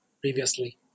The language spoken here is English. previously